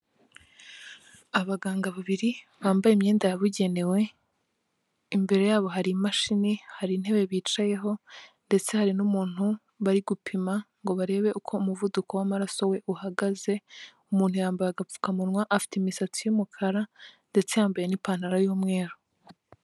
Abaganga babiri bambaye imyenda yabugenewe, imbere yabo hari imashini, hari intebe bicayeho ndetse hari n'umuntu bari gupima ngo barebe uko umuvuduko w'amaraso we uhagaze, umuntu yambaye agapfukamunwa, afite imisatsi y'umukara ndetse yambaye n'ipantaro y'umweru.